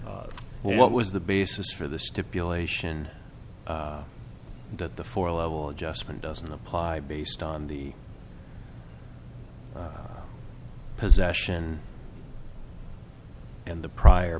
d what was the basis for the stipulation that the four level adjustment doesn't apply based on the possession and the prior